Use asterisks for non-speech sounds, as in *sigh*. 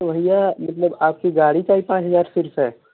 तो भैया मतलब आपकी गाड़ी का भी पाँच हजार *unintelligible* है